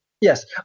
Yes